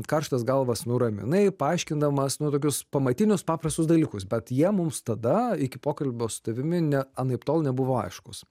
karštas galvas nuraminai paaiškindamas nu tokius pamatinius paprastus dalykus bet jie mums tada iki pokalbio su tavimi ne anaiptol nebuvo aiškūs